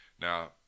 Now